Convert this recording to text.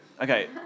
okay